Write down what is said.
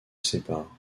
séparent